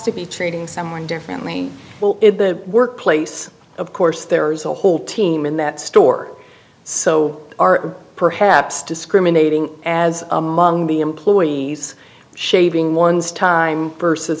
to be treating someone differently well the workplace of course there's a whole team in that store so are perhaps discriminating as among the employees shaving one's time versus